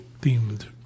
themed